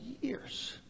years